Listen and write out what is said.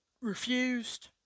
refused